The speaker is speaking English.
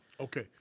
Okay